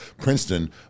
Princeton